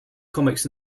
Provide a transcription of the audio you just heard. comics